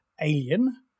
alien